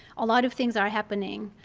a lot of things are happening.